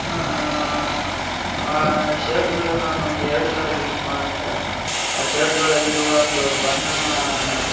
ಆ ಶರ್ಟ್ಗಳು ನಾನೊಂದು ಎರಡು ಸಲ ಯೂಸ್ ಮಾಡಿಂದ ಆ ಶರ್ಟ್ಗಳಲ್ಲಿರುವ ಒಂದು ಬಣ್ಣ